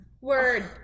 Word